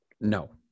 No